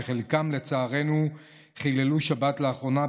שחלקם לצערנו חיללו שבת לאחרונה,